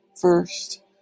first